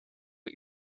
put